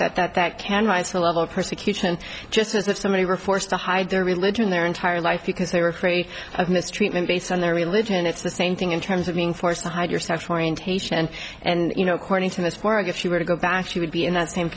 that that that can rise to the level of persecution just as if somebody were forced to hide their religion their entire life because they were afraid of mistreatment based on their religion it's the same thing in terms of being forced to hide your sexual orientation and you know according to this point if she were to go back she would be in that same